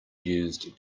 used